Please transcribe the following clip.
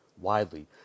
widely